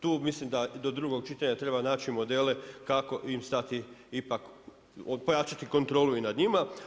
Tu mislim da do drugog čitanja treba naći modele kako im stati ipak, pojačati kontrolu i na njima.